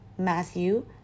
Matthew